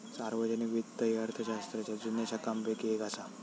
सार्वजनिक वित्त ही अर्थशास्त्राच्या जुन्या शाखांपैकी येक असा